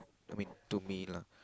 I mean to me lah